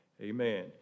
Amen